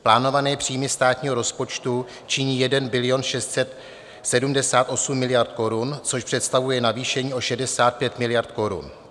Plánované příjmy státního rozpočtu činí 1 bilion 678 miliard korun, což představuje navýšení o 65 miliard korun.